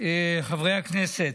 חברי הכנסת,